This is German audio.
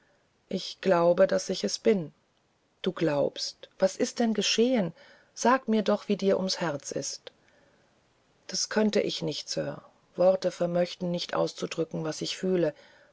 ich glaube daß ich es bin du glaubst was ist denn geschehen sag mir doch wie dir ums herz ist das könnte ich nicht sir worte vermöchten nicht auszudrücken was ich fühle